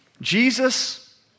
Jesus